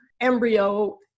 embryo